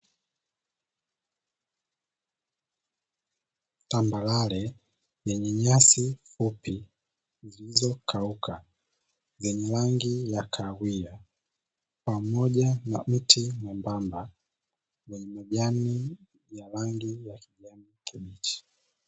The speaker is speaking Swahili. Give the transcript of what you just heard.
Tambarare yenye nyasi fupi zilizokauka, zenye rangi ya kahawia pamoja na miti myembamba yenye majani ya rangi ya kijani kibichi.